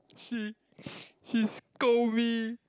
she she scold me